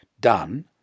done